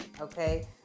Okay